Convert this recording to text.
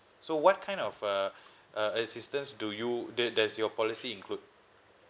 so what kind of uh uh assistance do you does does your policy include